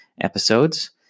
episodes